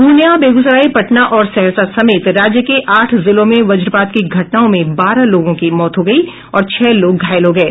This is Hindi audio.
पूर्णिया बेगूसराय पटना और सहरसा समेत राज्य के आठ जिलों में वज्रपात की घटनाओं में बारह लोगों की मौत हो गयी और छह लोग घायल हो गये